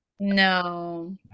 No